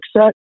set